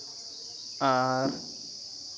ᱟᱨ